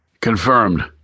Confirmed